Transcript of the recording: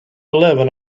eleven